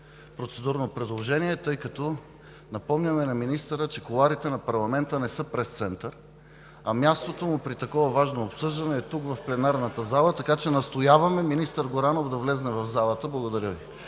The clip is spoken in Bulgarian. процедурно предложение, тъй като напомняме на министъра, че кулоарите на парламента не са пресцентър, а мястото му при такова важно обсъждане е тук в пленарната зала, така че настояваме министър Горанов да влезе в залата. Благодаря.